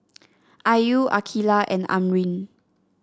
Ayu Aqilah and Amrin